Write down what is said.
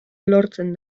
lortzen